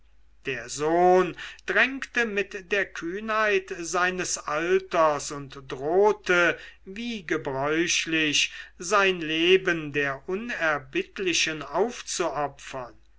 der sohn drängte mit der kühnheit seines alters und drohte wie gebräuchlich sein leben der unerbittlichen aufzuopfern